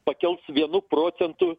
pakels vienu procentu